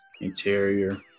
interior